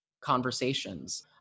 conversations